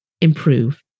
improve